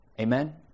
Amen